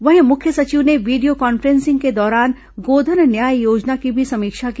वहीं मुख्य सचिव ने वीडियो कान्फ्रेंसिंग के दौरान गोधन न्याय योजना की भी समीक्षा की